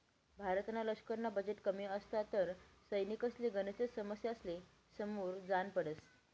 भारतना लशकरना बजेट कमी असता तर सैनिकसले गनेकच समस्यासले समोर जान पडत